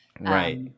Right